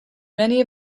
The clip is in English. many